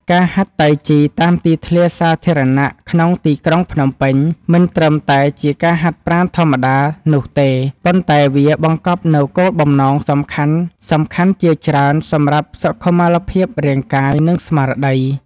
ការហាត់តៃជីតាមទីធ្លាសាធារណៈក្នុងទីក្រុងភ្នំពេញ មិនត្រឹមតែជាការហាត់ប្រាណធម្មតានោះទេ ប៉ុន្តែវាបង្កប់នូវគោលបំណងសំខាន់ៗជាច្រើនសម្រាប់សុខុមាលភាពរាងកាយ និងស្មារតី។